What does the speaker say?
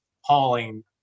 hauling